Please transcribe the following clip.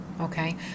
okay